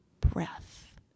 breath